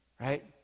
Right